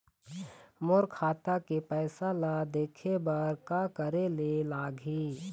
मोर खाता के पैसा ला देखे बर का करे ले लागही?